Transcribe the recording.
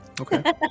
Okay